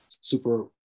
super